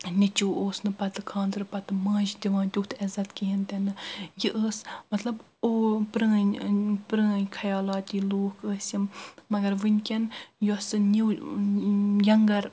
نیٚچو اوس نہٕ پتہٕ کھانٛدرٕ پتہٕ ماجہِ دِوان تِیُتھ عزت کہیٖنۍ تِنہٕ یہِ ٲس مطلب او پرٲنۍ پرٲنۍ خیالات یہِ لوٗکھ ٲسۍ یِم مگر ؤنکیٚن یۄس نِو ینگر